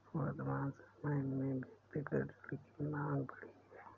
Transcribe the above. वर्तमान समय में व्यक्तिगत ऋण की माँग बढ़ी है